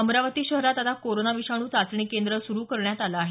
अमरावती शहरात आता कोरोना विषाणू चाचणी केंद्र सुरू करण्यात आलं आहे